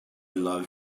love